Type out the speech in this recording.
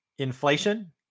Inflation